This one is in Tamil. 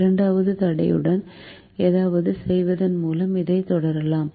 இரண்டாவது தடையுடன் ஏதாவது செய்வதன் மூலம் இதைத் தொடரலாம்